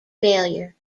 failure